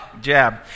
jab